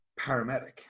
Paramedic